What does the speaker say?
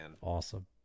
Awesome